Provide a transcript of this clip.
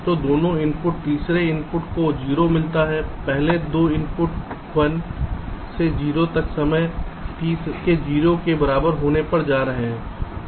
तो दोनों इनपुट तीसरे इनपुट को 0 मिलता है पहले 2 इनपुट 1 से 0 तक समय t के 0 के बराबर होने पर जा रहे हैं